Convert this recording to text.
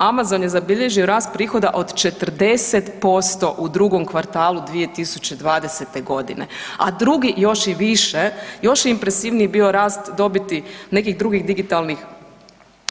Amazon je zabilježio rast prihoda od 40% u drugom kvartalu 2020.g. a drugi i još i više, još je impresivniji bio rast dobiti nekih drugih digitalnih